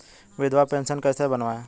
विधवा पेंशन कैसे बनवायें?